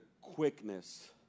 quickness